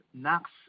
knocks